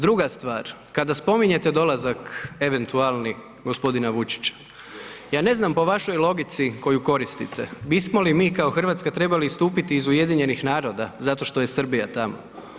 Druga stvar, kada spominjete dolazak eventualni g. Vučića ja ne znam po vašoj logici koju koristite bismo li mi kao Hrvatska trebali istupiti iz UN-a zato što je Srbija tamo?